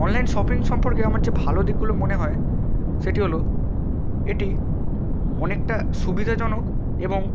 online shopping সম্পর্কে আমার যে ভালো দিকগুলো মনে হয় সেটি হল এটি অনেকটা সুবিধাজনক এবং